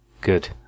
good